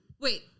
Wait